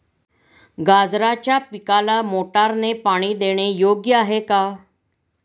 गाजराच्या पिकाला मोटारने पाणी देणे योग्य आहे का?